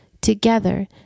together